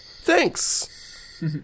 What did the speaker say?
Thanks